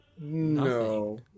no